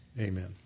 Amen